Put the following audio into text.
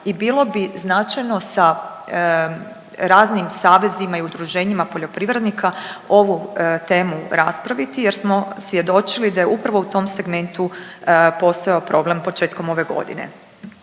i bilo bi značajno sa raznim savezima i udruženjima poljoprivrednika ovu temu raspraviti jer smo svjedočili da je upravo u tom segmentu postojao problem početkom ove godine.